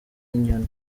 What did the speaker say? inyoni